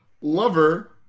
Lover